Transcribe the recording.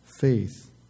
faith